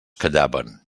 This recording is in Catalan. callaven